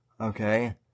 Okay